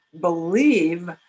believe